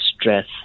stress